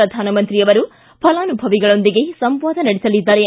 ಪ್ರಧಾನಮಂತ್ರಿ ಅವರು ಫಲಾನುಭವಿಗಳೊಂದಿಗೆ ಸಂವಾದ ನಡೆಸಲಿದ್ದಾರೆ